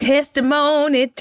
Testimony